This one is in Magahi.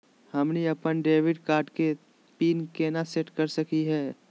हमनी अपन डेबिट कार्ड के पीन केना सेट कर सकली हे?